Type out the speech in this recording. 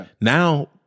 Now